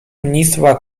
ministra